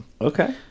Okay